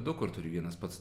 daug kur turi vienas pats